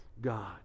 God